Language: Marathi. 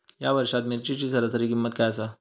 या वर्षात मिरचीची सरासरी किंमत काय आसा?